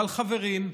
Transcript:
אבל חברים,